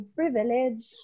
privilege